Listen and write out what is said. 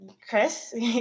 Chris